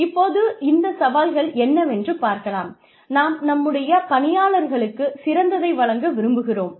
இப்போது இந்த சவால்கள் என்னவென்று பார்க்கலாம் நாம் நம்முடைய பணியாளர்களுக்ககுச் சிறந்ததை வழங்க விரும்புகிறோம்